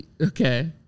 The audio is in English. Okay